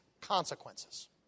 consequences